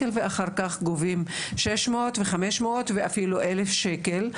ואחר כך גובים 600 ו- 500 ואפילו אלף שקל,